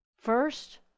first